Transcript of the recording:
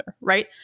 Right